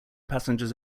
passengers